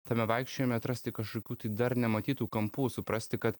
tame vaikščiojome atrasti kažkokių tai dar nematytų kampų suprasti kad